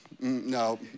no